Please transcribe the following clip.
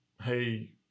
hey